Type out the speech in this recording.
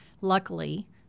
Luckily